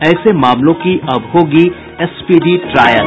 ऐसे मामलों की अब होगी स्पीडी ट्रायल